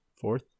fourth